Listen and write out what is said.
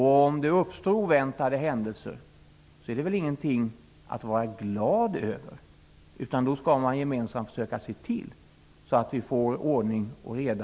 Om det inträffar oväntade händelser är det väl ingenting att vara glad över. Då skall man gemensamt försöka få ordning och reda.